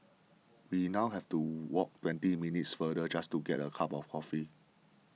we now have to walk twenty minutes farther just to get a cup of coffee